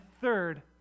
third